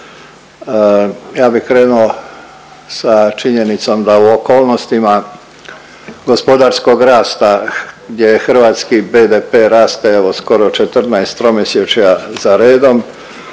ja bih krenuo sa činjenicom da u okolnostima gospodarskog rasta gdje hrvatski BDP raste evo skoro 14 tromjesečja za redom